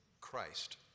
Christ